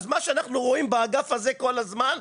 אז מה שאנחנו רואים באגף הזה כל הזמן,